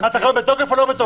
התקנות בתוקף או לא בתוקף?